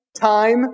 time